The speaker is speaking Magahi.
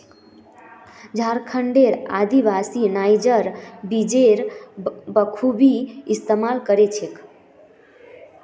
झारखंडेर आदिवासी नाइजर बीजेर बखूबी इस्तमाल कर छेक